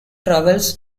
travels